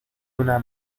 una